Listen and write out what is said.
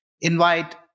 invite